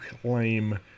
claim